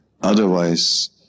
Otherwise